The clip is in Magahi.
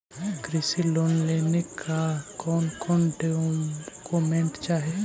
कृषि लोन लेने ला कोन कोन डोकोमेंट चाही?